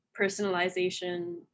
personalization